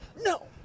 no